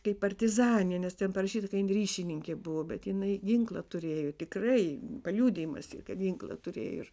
kaip partizanė nes ten parašyta kad jin ryšininkė buvo bet jinai ginklą turėjo tikrai paliudijimas ji kad ginklą turėjo ir